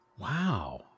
Wow